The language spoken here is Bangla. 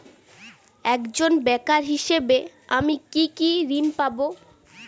একজন বেকার হিসেবে আমি কি কি ঋণ পাব?